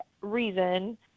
reason